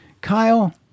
Kyle